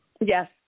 Yes